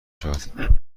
شود